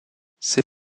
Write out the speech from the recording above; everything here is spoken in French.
ses